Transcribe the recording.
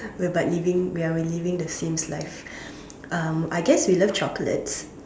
we are but living we are living the sims life um I guess we love chocolates